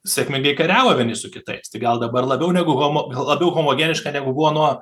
sėkmingai kariavo vieni su kitais tai gal dabar labiau negu homo labiau homogeniška negu buvo nuo